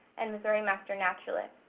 and missouri master naturalists.